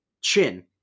Chin